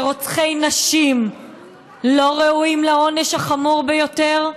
ורוצחי נשים לא ראויים לעונש החמור ביותר?